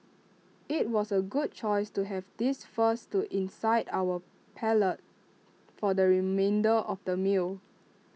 IT was A good choice to have this first to incite our palate for the remainder of the meal